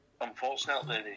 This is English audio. unfortunately